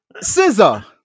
scissor